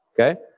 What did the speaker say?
okay